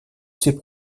ces